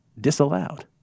disallowed